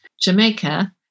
Jamaica